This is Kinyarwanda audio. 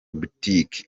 boutique